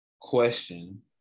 question